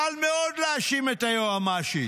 קל מאוד להאשים את היועמ"שית.